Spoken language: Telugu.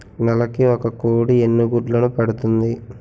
నెలకి ఒక కోడి ఎన్ని గుడ్లను పెడుతుంది?